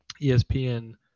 ESPN